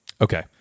Okay